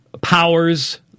powers